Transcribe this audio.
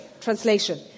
translation